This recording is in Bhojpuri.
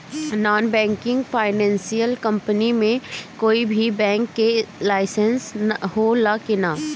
नॉन बैंकिंग फाइनेंशियल कम्पनी मे कोई भी बैंक के लाइसेन्स हो ला कि ना?